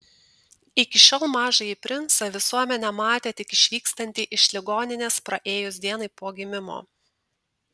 iki šiol mažąjį princą visuomenė matė tik išvykstantį iš ligoninės praėjus dienai po gimimo